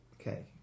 Okay